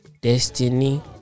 destiny